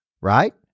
right